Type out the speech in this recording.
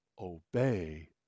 obey